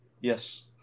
Yes